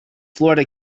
florida